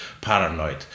paranoid